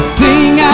sing